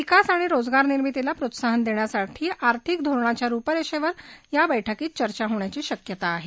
विकास आणि रोजगार निर्मितीला प्रोत्साहन देण्यासाठी आर्थिक धोरणाच्या रुपरेषेवर या बैठकीत चर्चा होण्याची शक्यता आहे